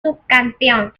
subcampeón